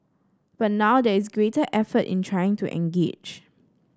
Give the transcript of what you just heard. but now there is greater effort in trying to engage